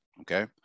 Okay